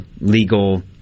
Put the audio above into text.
legal